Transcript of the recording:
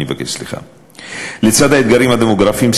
לצד האתגרים הדמוגרפיים,